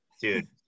dude